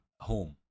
home